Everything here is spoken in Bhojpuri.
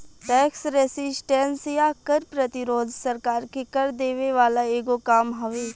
टैक्स रेसिस्टेंस या कर प्रतिरोध सरकार के कर देवे वाला एगो काम हवे